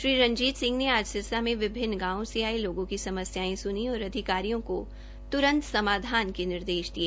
श्री रणजीत सिंह ने आज सिरसा में विभिन्न गांवों से आए लोगों की समस्याएं स्नी और अधिकारियों को त्रंत समाधान के निर्देश दिए